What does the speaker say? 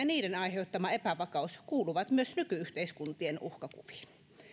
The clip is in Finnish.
niiden aiheuttama epävakaus kuuluvat myös nyky yhteiskuntien uhkakuviin